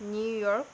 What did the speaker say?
New York